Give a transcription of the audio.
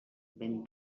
ben